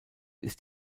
ist